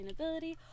sustainability